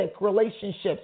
relationships